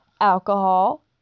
Alcohol